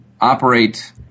operate